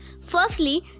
firstly